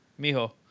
Mijo